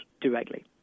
directly